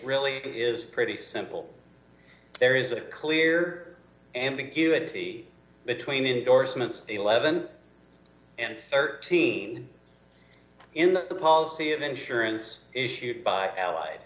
really it is pretty simple there is a clear ambiguity between endorsements eleven and thirteen in the policy of insurance issued by allied